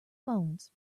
bones